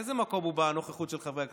איזה מקום הוא בנוכחות של חברי הכנסת?